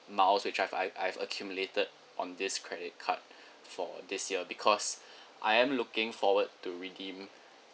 miles which I've I I've accumulated on this credit card for this year because I'm looking forward to redeem